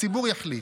הציבור יחליט.